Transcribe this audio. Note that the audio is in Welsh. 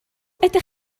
ydych